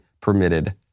permitted